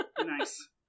nice